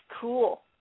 cool